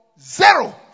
zero